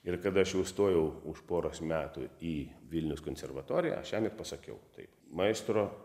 ir kada aš jau stojau už poros metų į vilniaus konservatoriją aš jam ir pasakiau taip maestro